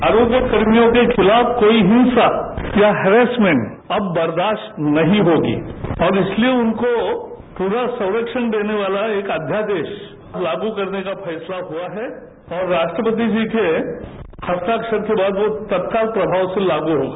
आरोग्यकर्मियों के खिलाफ कोई हिंसा या हैरैस्मेन्ट अब बदाश्त नहीं होगी और इसलिये उनको पूरा संख्यण देने वाला एक अध्यादेश लागू करने का फैसला हुआ है और राष्ट्रपति जी के हस्ताक्षर के बाद वो तत्काल प्रभाव से लागू होगा